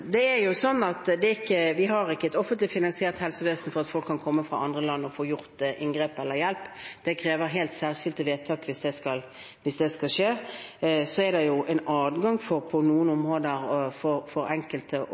folk kan komme fra andre land og få gjort inngrep eller få hjelp. Det krever helt særskilte vedtak hvis det skal skje. Så er det en adgang til på noen områder for enkelte å bidra med og